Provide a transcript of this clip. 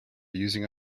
using